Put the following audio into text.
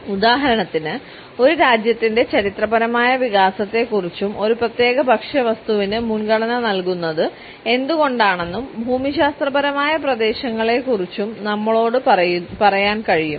ഉദാഹരണത്തിന് ഒരു രാജ്യത്തിന്റെ ചരിത്രപരമായ വികാസത്തെക്കുറിച്ചും ഒരു പ്രത്യേക ഭക്ഷ്യവസ്തുവിന് മുൻഗണന നൽകുന്നത് എന്തുകൊണ്ടാണെന്നും ഭൂമിശാസ്ത്രപരമായ പ്രദേശങ്ങളെക്കുറിച്ചും നമ്മളോട് പറയാൻ കഴിയും